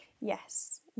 yes